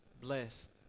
Blessed